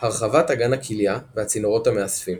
הרחבת אגן הכליה והצינורות המאספים